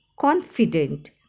confident